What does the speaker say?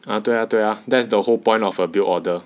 啊对啊对啊 that's the whole point of a build order